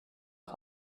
vor